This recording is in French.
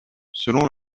selon